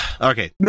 Okay